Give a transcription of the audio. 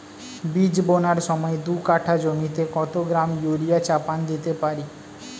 বীজ বোনার সময় দু কাঠা জমিতে কত গ্রাম ইউরিয়া চাপান দিতে পারি?